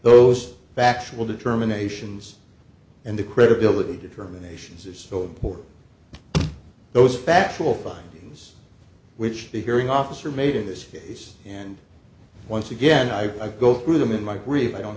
those facts will determinations and the credibility determinations is so important those factual findings which the hearing officer made in this case and once again i go through them in my grief i don't